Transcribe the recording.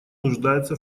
нуждается